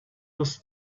was